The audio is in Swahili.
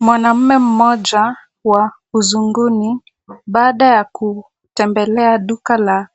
Mwanaume mmoja wa uzunguni baada ya kutembelea duka la